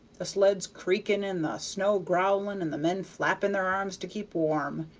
the sleds creaking and the snow growling and the men flapping their arms to keep warm,